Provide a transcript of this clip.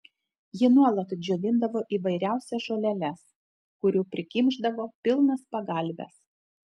ji nuolat džiovindavo įvairiausias žoleles kurių prisikimšdavo pilnas pagalves